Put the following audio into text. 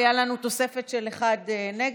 הייתה לנו תוספת של אחד נגד,